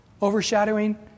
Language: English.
overshadowing